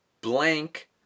blank